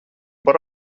par